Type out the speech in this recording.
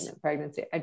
pregnancy